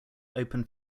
open